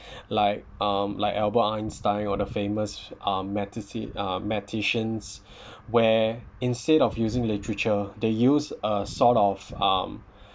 like um like albert einstein or the famous uh matheci~ uh mathecians where instead of using literature they use a sort of um